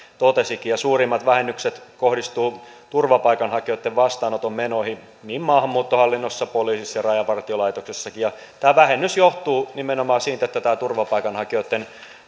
totesikin ja suurimmat vähennykset kohdistuvat turvapaikanhakijoitten vastaanoton menoihin maahanmuuttohallinnossa poliisissa ja rajavartiolaitoksessakin ja tämä vähennys johtuu nimenomaan siitä että tämä turvapaikanhakijoitten